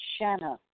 Shanna